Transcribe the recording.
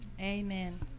Amen